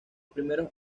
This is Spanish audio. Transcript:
primeros